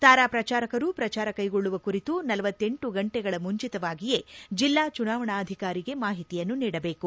ತಾರಾ ಪ್ರಚಾರಕರು ಪ್ರಚಾರ ಕೈಗೊಳ್ಳುವ ಕುರಿತು ಳಲ ಗಂಟೆಗಳ ಮುಂಚಿತವಾಗಿಯೇ ಜಿಲ್ಲಾ ಚುನಾವಣಾಧಿಕಾರಿಗೆ ಮಾಹಿತಿಯನ್ನು ನೀಡಬೇಕು